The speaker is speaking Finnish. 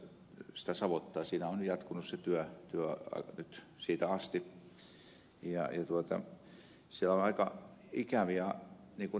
siinä on jatkunut se työ siitä asti ja siellä on aika ikäviä näkymiä